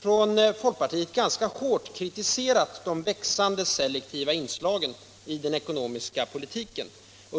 från folkpartiet ganska hårt kritiserat de växande selektiva inslagen i den ekonomiska politiken.